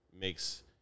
makes